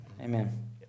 Amen